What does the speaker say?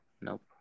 Nope